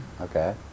Okay